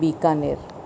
Bikaner